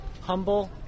humble